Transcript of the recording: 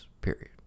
Period